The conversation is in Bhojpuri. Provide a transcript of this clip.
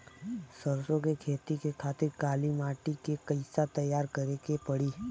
सरसो के खेती के खातिर काली माटी के कैसे तैयार करे के पड़ी?